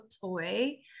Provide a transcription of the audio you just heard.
toy